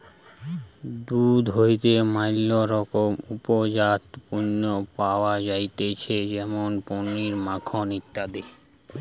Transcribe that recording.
দুধ হইতে ম্যালা রকমের উপজাত পণ্য পাওয়া যাইতেছে যেমন পনির, মাখন ইত্যাদি